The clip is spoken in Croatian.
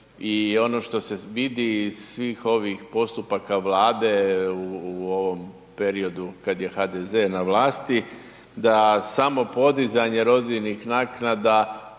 i ono što se vidi iz svih ovih postupaka Vlade u ovom periodu kad je HDZ na vlasti, da samo podizanje rodiljnih naknada